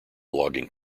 logging